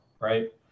right